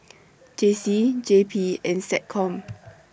J C J P and Seccom